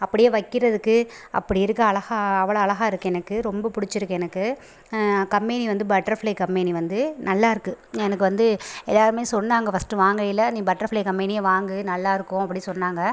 அப்படியே வைக்கிறதுக்கு அப்படி இருக்குது அழஹா அவ்வளோ அழஹா இருக்குது எனக்கு ரொம்ப பிடிச்சிருக்கு எனக்கு கம்பேனி வந்து பட்டர்ஃப்ளை கம்பேனி வந்து நல்லாயிருக்கு எனக்கு வந்து எல்லோருமே சொன்னங்க ஃபர்ஸ்ட் வாங்கயில நீ பட்டர்ஃப்ளை கம்பேனியே வாங்கு நல்லாயிருக்கும் அப்படி சொன்னாங்க